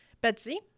Betsy